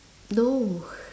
no